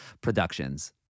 productions